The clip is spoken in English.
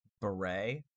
beret